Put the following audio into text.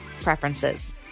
preferences